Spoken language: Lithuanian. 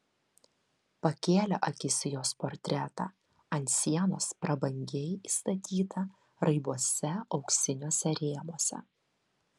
pakėlė akis į jos portretą ant sienos prabangiai įstatytą raibuose auksiniuose rėmuose